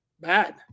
bad